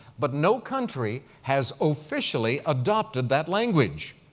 but no country has officially adopted that language.